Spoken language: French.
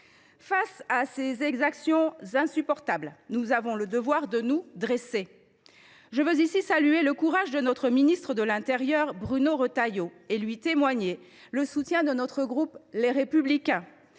Face à ces exactions insupportables, nous avons le devoir de nous dresser. Je veux saluer le courage de notre ministre de l’Intérieur, Bruno Retailleau, et lui témoigner le soutien du groupe Les Républicains